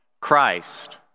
Christ